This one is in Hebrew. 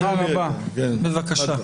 בבקשה.